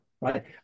Right